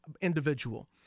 individual